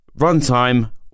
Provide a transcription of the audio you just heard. Runtime